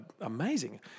amazing